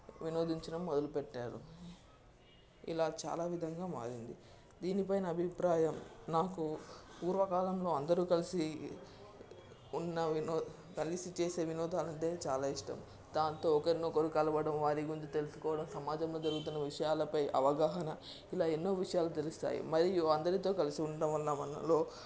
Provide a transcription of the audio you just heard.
వినోదించడం మొదలుపెట్టారు ఇలా చాలా విధంగా మారింది దీనిపైన అభిప్రాయం నాకు పూర్వకాలంలో అందరూ కలిసి ఉన్న వినోద్ కలిసి చేసే వినోదాలు అంటే చాలా ఇష్టం దానితో ఒకరినొకరు కలవడం వారి గురించి తెలుసుకోవడం సమాజంలో జరుగుతున్న విషయాలపై అవగాహన ఇలా ఎన్నో విషయాలు తెలుస్తాయి మరియు అందరితో కలిసి ఉండడంవల్ల మనలో